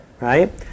right